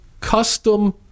custom